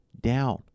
down